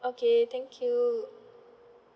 okay thank you